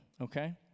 Okay